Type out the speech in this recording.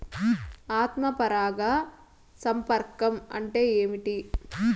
ఆత్మ పరాగ సంపర్కం అంటే ఏంటి?